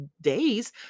days